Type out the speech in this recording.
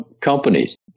companies